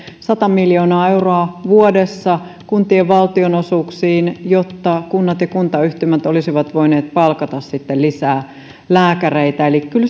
sata miljoonaa euroa vuodessa kuntien valtionosuuksiin jotta kunnat ja kuntayhtymät olisivat voineet palkata lisää lääkäreitä eli kyllä